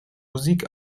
musik